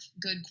good